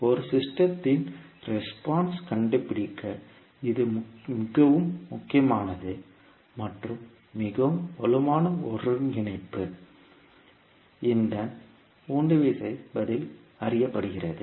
ஒரு அமைப்பின் ரெஸ்பான்ஸ் கண்டுபிடிக்க இது மிகவும் முக்கியமானது மற்றும் மிகவும் வலுவான ஒருங்கிணைப்பு இதன் உந்துவிசை பதில் அறியப்படுகிறது